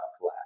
flat